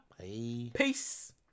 peace